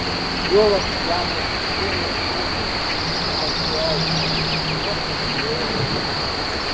juolab ją motyvuoja suvokimas kad suaugusiųjų mitybą kopijuoja vaikai